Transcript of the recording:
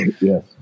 Yes